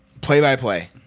Play-by-play